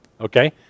okay